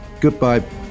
goodbye